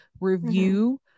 review